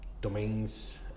domains